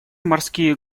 морские